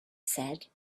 said